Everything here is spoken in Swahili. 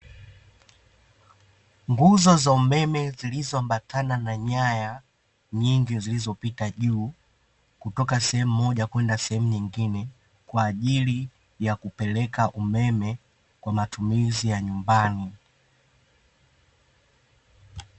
Nguzi za umeme zilizoambatana na nyaya nyingi zilizopita juu kutoka sehemu moja kwenda sehemu nyingine, kwa ajili ya kupeleka umeme kwa matumizi ya nyumbani.